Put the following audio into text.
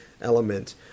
element